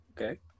Okay